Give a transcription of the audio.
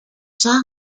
side